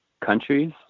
countries